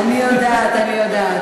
אני יודעת, אני יודעת.